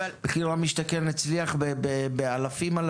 מחיר למשתכן הצליח באלפים-אלפים.